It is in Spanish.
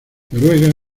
noruega